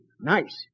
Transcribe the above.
nice